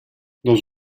dans